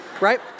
right